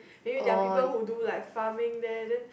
maybe there are people who do like farming there then